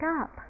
up